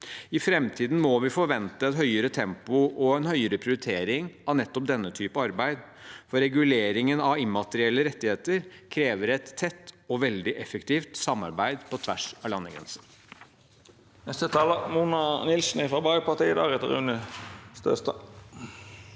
I framtiden må vi forvente et høyere tempo og en høyere prioritering av nettopp denne typen arbeid. Reguleringen av immaterielle rettigheter krever et tett og veldig effektivt samarbeid på tvers av landegrensene.